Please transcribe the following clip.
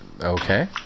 Okay